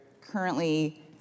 currently